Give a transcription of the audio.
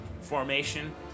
formation